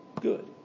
good